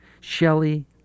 Shelley